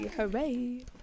Hooray